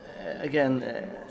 again